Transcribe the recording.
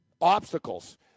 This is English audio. Obstacles